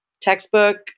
textbook